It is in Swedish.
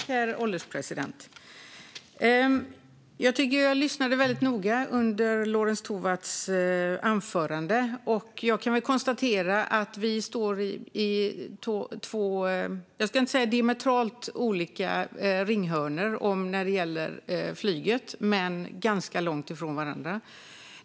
Herr ålderspresident! Jag lyssnade noga under Lorentz Tovatts anförande. Jag kan konstatera att vi kanske inte står i diametralt olika ringhörnor när det gäller flyget men att vi står ganska långt ifrån varandra.